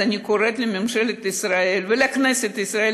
אז אני קוראת לממשלת ישראל ולכנסת ישראל